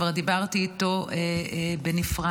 וכבר דיברתי איתו בנפרד,